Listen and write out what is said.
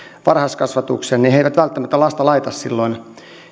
varhaiskasvatuksen he eivät välttämättä lasta laita silloin